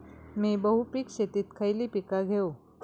मी बहुपिक शेतीत खयली पीका घेव?